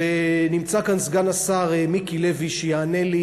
ונמצא כאן סגן השר מיקי לוי שיענה לי,